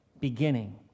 beginning